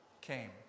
came